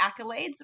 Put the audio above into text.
accolades